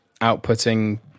outputting